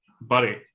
Buddy